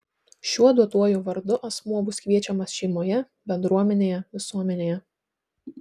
šiuo duotuoju vardu asmuo bus kviečiamas šeimoje bendruomenėje visuomenėje